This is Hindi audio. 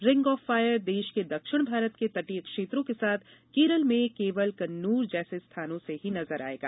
रिंग ऑफ फायर देश के दक्षिण भारत के तटीय क्षेत्रों के साथ केरल में केवल कन्नूर जैसे स्थानों से ही नज़र आएगा